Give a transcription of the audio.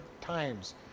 times